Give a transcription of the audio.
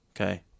Okay